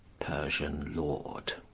persian lords.